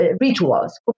rituals